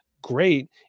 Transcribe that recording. great